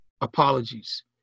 apologies